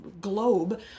globe